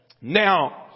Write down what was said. Now